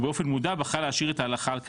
ובאופן מודע בחרה להשאיר את ההלכה על כנה.